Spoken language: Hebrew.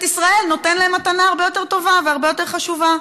ישראל נותן להם מתנה הרבה יותר טובה והרבה יותר חשובה?